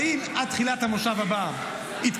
האם עד תחילת המושב הבא יתכנסו,